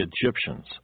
Egyptians